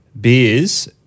beers